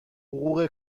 حقوق